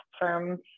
firms